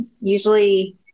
usually